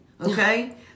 okay